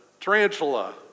tarantula